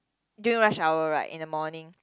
during rush hour right in the morning